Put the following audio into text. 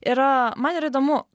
ir man yra įdomu